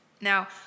Now